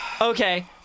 okay